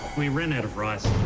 we ran out of rice,